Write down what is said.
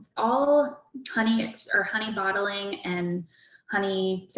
all honey or honey bottling and honey so